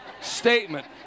statement